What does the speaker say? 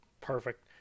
Perfect